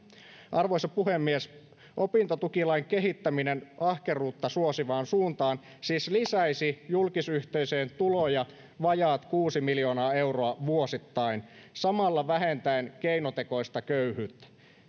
arvoisa puhemies opintotukilain kehittäminen ahkeruutta suosivaan suuntaan siis lisäisi julkisyhteisöjen tuloja vajaat kuusi miljoonaa euroa vuosittain samalla vähentäen keinotekoista köyhyyttä